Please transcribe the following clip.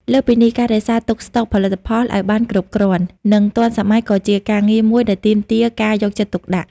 លើសពីនេះ ការរក្សាទុកស្តុកផលិតផលឱ្យបានគ្រប់គ្រាន់ និងទាន់សម័យក៏ជាការងារមួយដែលទាមទារការយកចិត្តទុកដាក់។